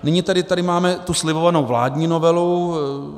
Nyní tedy tady máme tu slibovanou vládní novelu.